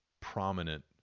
prominent